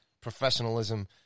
professionalism